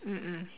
mm mm